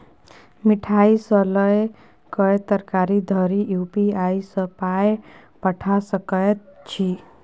मिठाई सँ लए कए तरकारी धरि यू.पी.आई सँ पाय पठा सकैत छी